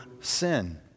sin